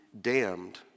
damned